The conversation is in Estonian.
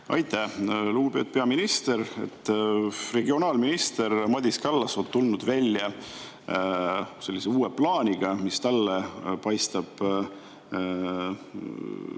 Aitäh! Lugupeetud peaminister! Regionaalminister Madis Kallas on tulnud välja uue plaaniga, mis talle paistab